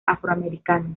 afroamericano